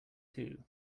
too